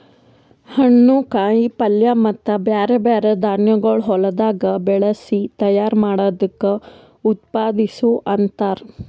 ಹಣ್ಣು, ಕಾಯಿ ಪಲ್ಯ ಮತ್ತ ಬ್ಯಾರೆ ಬ್ಯಾರೆ ಧಾನ್ಯಗೊಳ್ ಹೊಲದಾಗ್ ಬೆಳಸಿ ತೈಯಾರ್ ಮಾಡ್ದಕ್ ಉತ್ಪಾದಿಸು ಅಂತಾರ್